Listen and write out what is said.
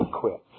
quit